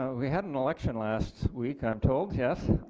we had an election last week i am told yes?